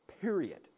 period